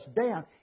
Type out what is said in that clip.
down